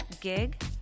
gig